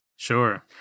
sure